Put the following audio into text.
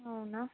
అవునా